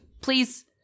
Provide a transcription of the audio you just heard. please